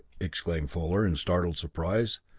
exclaimed fuller in startled surprise,